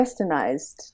westernized